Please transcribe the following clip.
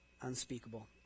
unspeakable